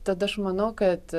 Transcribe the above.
tad aš manau kad